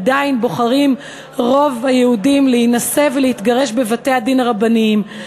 עדיין בוחרים רוב היהודים להינשא ולהתגרש בבתי-הדין הרבניים.